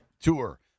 tour